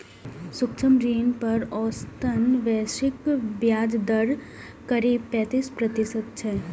सूक्ष्म ऋण पर औसतन वैश्विक ब्याज दर करीब पैंतीस प्रतिशत छै